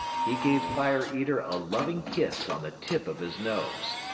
he gave fire eater a loving kiss on the tip of his nose.